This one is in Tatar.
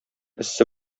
эссе